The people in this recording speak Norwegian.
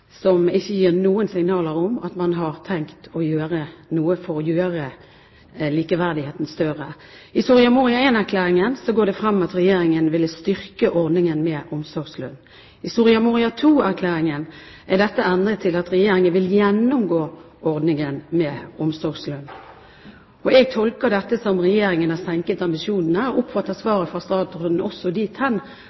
som ikke gir noen signaler om at man har tenkt å gjøre noe for å få større likhet. Av Soria Moria I-erklæringen gikk det frem at Regjeringen ville styrke ordningen med omsorgslønn. I Soria Moria II-erklæringen er dette endret til at Regjeringen vil «gjennomgå ordningen for omsorgslønn». Jeg tolker dette som at Regjeringen har senket ambisjonene – jeg oppfatter svaret fra statsråden også dit hen,